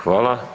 Hvala.